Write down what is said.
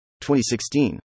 2016